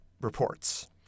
reports